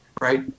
right